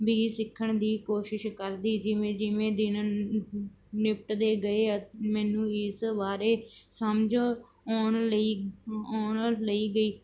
ਵੀ ਸਿੱਖਣ ਦੀ ਕੋਸ਼ਿਸ਼ ਕਰਦੀ ਜਿਵੇਂ ਜਿਵੇਂ ਦਿਨ ਨਿਪਟਦੇ ਗਏ ਮੈਨੂੰ ਇਸ ਬਾਰੇ ਸਮਝ ਆਉਣ ਲਈ ਆਉਣ ਲਈ ਗਈ